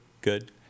good